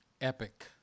epic